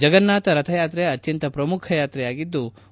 ಜಗನ್ನಾಥ ರಥಯಾಕ್ರೆ ಅತ್ಯಂತ ಪ್ರಮುಖ ಯಾಕ್ರೆಯಾಗಿದ್ಲು